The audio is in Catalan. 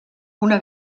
una